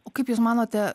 o kaip jūs manote